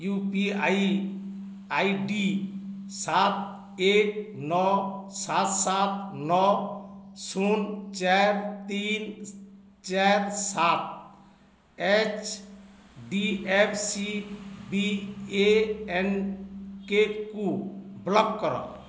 you P I I D ସାତ ଏକ ନଅ ସାତ ସାତ ନଅ ଶୂନ ଚାରି ତିନି ଚାରି ସାତ ଏଚ୍ ଡ଼ି ଏଫ୍ ସି ବିଏଏନ୍କେକୁ ବ୍ଲକ୍ କର